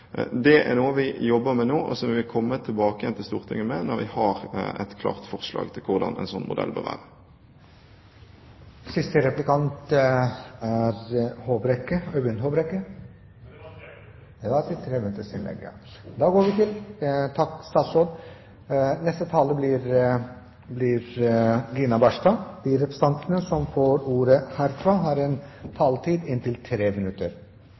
Det er noe vi jobber med nå, og som vi vil komme tilbake til Stortinget med når vi har et klart forslag til hvordan en slik modell bør være. Replikkordskiftet er over. De representantene som heretter får ordet, har en taletid på inntil 3 minutter.